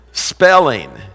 Spelling